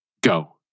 Go